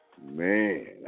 Man